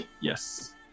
Yes